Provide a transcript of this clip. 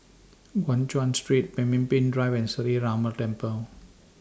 Guan Chuan Street Pemimpin Drive and Sree Ramar Temple